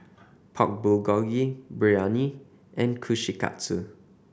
Pork Bulgogi Biryani and Kushikatsu